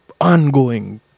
ongoing